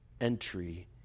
entry